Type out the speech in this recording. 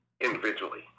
Individually